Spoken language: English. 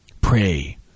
Pray